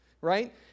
right